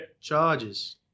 Charges